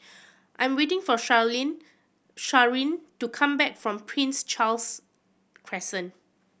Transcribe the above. I'm waiting for Sharyn to come back from Prince Charles Crescent